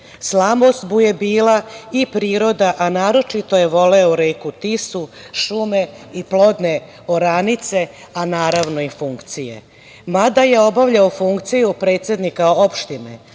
Slabost mu je bila i priroda, a naročito je voleo reku Tisu, šume i plodne oranice, a naravno i funkcije. Mada je obavljao funkciju predsednika opštine,